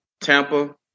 Tampa